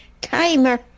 timer